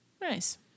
Nice